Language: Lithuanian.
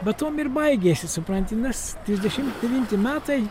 bet tuom ir baigėsi supranti nes trisdešim devinti metai